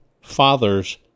fathers